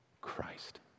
Christ